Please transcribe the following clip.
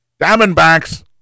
Diamondbacks